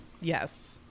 Yes